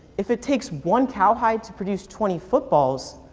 if it takes one cowhide to produce twenty footballs,